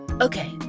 Okay